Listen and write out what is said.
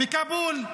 בכאבול,